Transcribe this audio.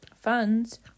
funds